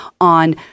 on